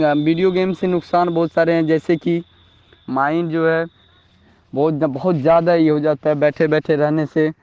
video game سے نقصان بہت سارے ہیں جیسے کہ مائنڈ جو ہے بہت بہت زیادہ یہ ہو جاتا ہے بیٹھے بیٹھے رہنے سے